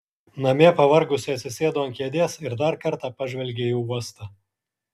namie pavargusi atsisėdo ant kėdės ir dar kartą pažvelgė į uostą